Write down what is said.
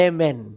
Amen